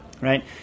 right